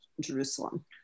Jerusalem